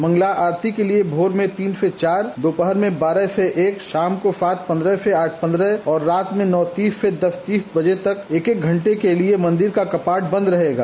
मंगला आरती के लिये मोर में तीन से चार दोपहर में बारह से एक शाम को सात पन्दह से आठ पन्दह और रात में साढ़े नौ से शाढ़े दस बजे तक एक एक घंटे के लिये मन्दिर का कपाट बंद रहेगा